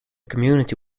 community